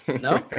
No